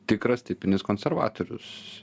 tikras tipinis konservatorius